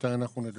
מתי אנחנו נדע?